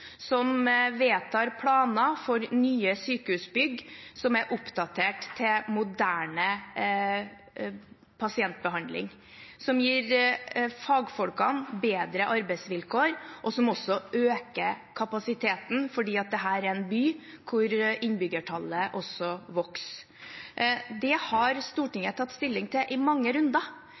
som vedtar planer for nye sykehusbygg som er oppdatert for moderne pasientbehandling, som gir fagfolkene bedre arbeidsvilkår, og som også øker kapasiteten, fordi dette er en by hvor innbyggertallet vokser. Det har Stortinget tatt stilling til i mange runder.